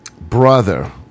brother